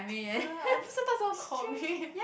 ya at first I thought someone called me